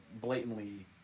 blatantly